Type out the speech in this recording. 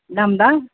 ನಮ್ಮದಾ